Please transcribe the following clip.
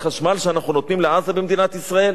החשמל שאנחנו נותנים לעזה במדינת ישראל,